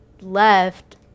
left